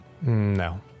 No